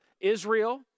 Israel